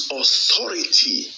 authority